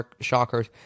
shockers